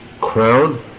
crown